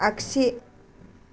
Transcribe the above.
आख्सि